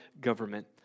government